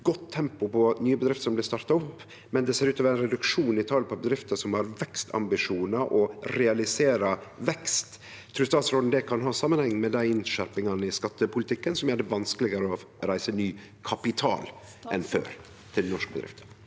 godt tempo på nye bedrifter som blir starta opp, men det ser ut til å vere reduksjon i talet på bedrifter som har vekstambisjonar og realiserer vekst, trur statsråden det kan ha samanheng med dei innskjerpingane i skattepolitikken som gjer det vanskelegare enn før å reise ny kapital til norske bedrifter?